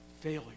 failure